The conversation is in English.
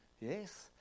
Yes